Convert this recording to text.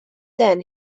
then